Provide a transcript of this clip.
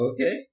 Okay